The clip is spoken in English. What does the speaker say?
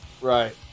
Right